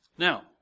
Now